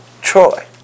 Troy